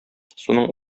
суның